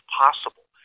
possible